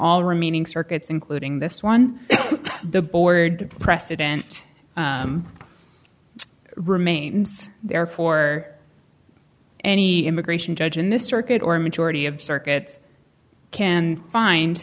all remaining circuits including this one the board precedent remains there for any immigration judge in the circuit or a majority of circuits can find